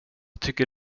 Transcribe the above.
tycker